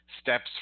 steps